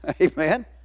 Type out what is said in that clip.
Amen